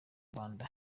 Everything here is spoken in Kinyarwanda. rwanda